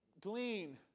glean